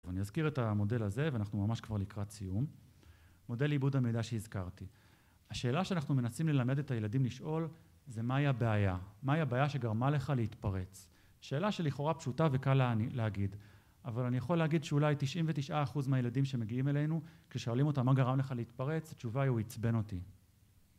אני אזכיר את המודל הזה, ואנחנו ממש כבר לקראת סיום. מודל לעיבוד המידע שהזכרתי. השאלה שאנחנו מנסים ללמד את הילדים לשאול, זה "מהי הבעיה?". מהי הבעיה שגרמה לך להתפרץ? שאלה שלכאורה פשוטה וקל להגיד, אבל אני יכול להגיד שאולי 99% מהילדים שמגיעים אלינו, כששאלים אותם מה גרם לך להתפרץ, התשובה היא "הוא עיצבן אותי".